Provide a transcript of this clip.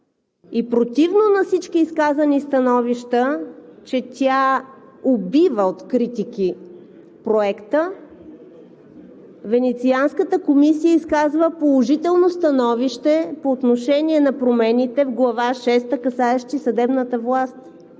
и противно на всички изказани становища, че тя убива от критики проекта, Венецианската комисия изказва положително становище по отношение на промените в Глава шеста, касаещи съдебната власт.